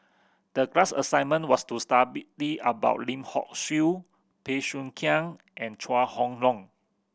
the class assignment was to about Lim Hock Siew Bey Soo Khiang and Chua Chong Long